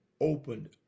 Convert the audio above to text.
opened